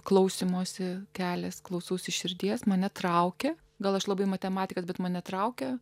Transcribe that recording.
klausymosi kelias klausausi širdies mane traukia gal aš labai matematikas bet mane traukia